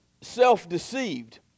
self-deceived